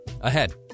Ahead